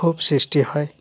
খুব সৃষ্টি হয়